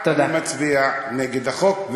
אני מצביע נגד החוק,